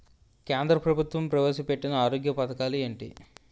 కేంద్ర ప్రభుత్వం ప్రవేశ పెట్టిన ఆరోగ్య పథకాలు ఎంటి?